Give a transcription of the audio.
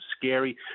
scary